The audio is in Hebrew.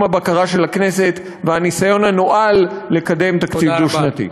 הבקרה של הכנסת והניסיון הנואל לקדם תקציב דו-שנתי.